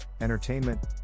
entertainment